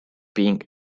being